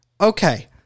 Okay